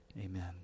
Amen